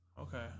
Okay